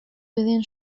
within